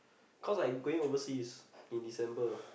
cause I going overseas in December